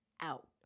out